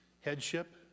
Headship